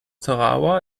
tarawa